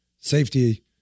Safety